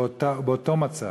באותו מצב.